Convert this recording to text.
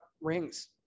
rings